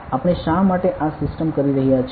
આપણે શા માટે આ સિસ્ટમ કરી રહ્યા છીએ